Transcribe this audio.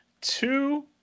Two